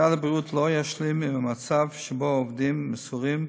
משרד הבריאות לא ישלים עם המצב שבו עובדים מסורים,